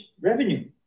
revenue